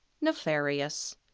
nefarious